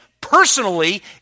personally